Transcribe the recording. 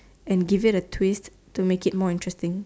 and give it a twist to make it more interesting